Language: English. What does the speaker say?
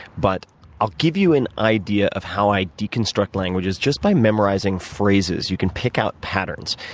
but i'll give you an idea of how i deconstruct languages, just by memorizing phrases. you can pick out patterns.